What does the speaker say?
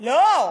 לא,